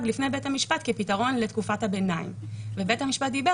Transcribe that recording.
לפני בית המשפט כפתרון לתקופת הביניים ובית המשפט דיבר